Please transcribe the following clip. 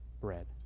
bread